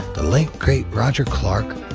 the late great roger clark,